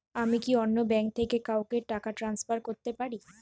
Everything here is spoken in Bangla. আমি কি অন্য ব্যাঙ্ক থেকে কাউকে টাকা ট্রান্সফার করতে পারি?